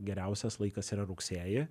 geriausias laikas yra rugsėjį